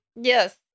Yes